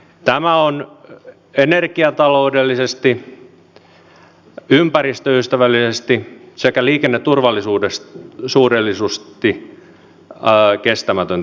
tämä on energiataloudellisesti ympäristöystävällisesti sekä liikenneturvallisuuden kannalta kestämätön tilanne